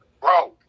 bro